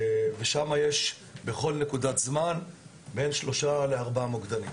ושם יש בכל נקודת זמן בין שלושה לארבעה מוקדנים,